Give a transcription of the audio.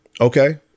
okay